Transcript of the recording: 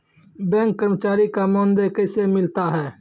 Bank कर्मचारी का मानदेय कैसे मिलता हैं?